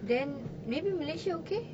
then maybe malaysia okay